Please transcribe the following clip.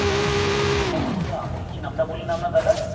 হ্যাঁ হ্যাঁ অবশ্যই আমি কি নামটা বললেন আপনার দাদার